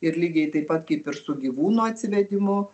ir lygiai taip pat kaip ir su gyvūno atsivedimu